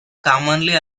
commonly